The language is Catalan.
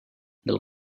del